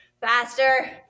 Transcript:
faster